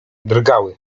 drgały